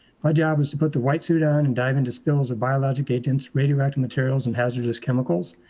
my job was to put the white suit on and and dive into spills of biologic agents, radioactive materials and hazardous chemicals.